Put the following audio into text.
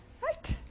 right